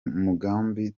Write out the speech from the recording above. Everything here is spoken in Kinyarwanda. mugambi